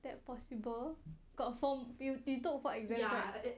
that possible got for~ bu~ but you took four exams right